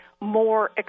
more